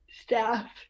staff